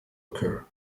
occur